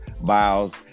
Biles